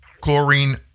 chlorine